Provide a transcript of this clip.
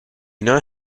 know